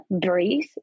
breathe